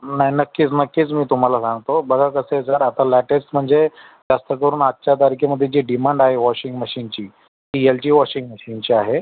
नाही नक्कीच नक्कीच मी तुम्हाला सांगतो बघा कसं आहे सर आता लॅटेस्ट म्हणजे जास्त करून आजच्या तारखेमध्ये जी डिमांड आहे वॉशिंग मशीनची ती यल जी वॉशिंग मशीनची आहे